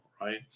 right